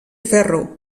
ferro